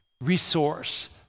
resource